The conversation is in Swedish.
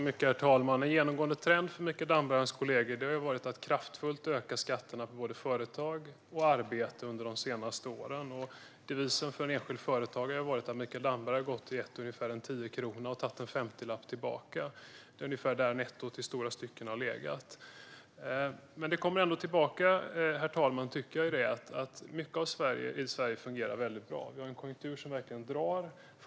Herr talman! En genomgående trend för Mikael Damberg och hans kollegor har varit att kraftfullt öka skatterna på både företag och arbete under de senaste åren. Devisen för en enskild företagare har varit att Mikael Damberg gett ungefär en tiokrona och tagit en femtiolapp tillbaka. Det är där nettot i stora stycken har legat. Herr talman! Det kommer ändå tillbaka till att mycket i Sverige fungerar väldigt bra. Vi har en konjunktur som verkligen drar.